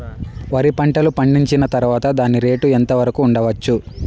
వరి పంటలు పండించిన తర్వాత దాని రేటు ఎంత వరకు ఉండచ్చు